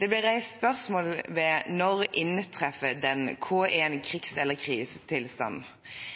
Det ble reist spørsmål ved når den inntreffer. Hva er en krigs- eller krisetilstand? Det er drøftet